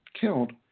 killed